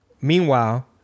meanwhile